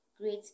Great